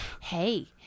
Hey